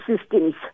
systems